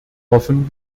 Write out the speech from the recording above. hoffen